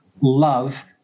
love